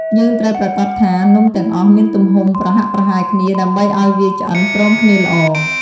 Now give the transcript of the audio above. យើងត្រូវប្រាកដថា នំទាំងអស់មានទំហំប្រហាក់ប្រហែលគ្នា ដើម្បីឱ្យវាឆ្អិនព្រមគ្នាល្អ។